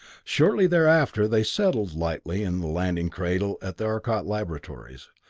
shortly thereafter they settled lightly in the landing cradle at the arcot laboratories.